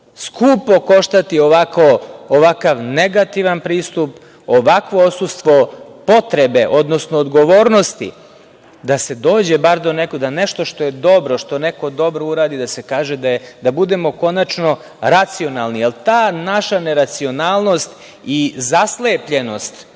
skupo koštati ovakav negativan pristup, ovako odsustvo potrebe, odnosno odgovornosti da se dođe do nečega. Nešto što je dobro, što neko dobro uradi, da se kaže, da budemo konačno racionalni. Ta naša racionalnost i zaslepljenost